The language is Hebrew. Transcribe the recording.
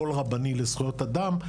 קול רבני לזכויות אדם,